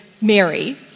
Mary